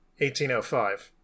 1805